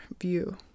view